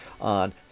on